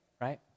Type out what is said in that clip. right